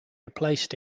replaced